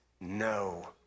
no